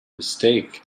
mistake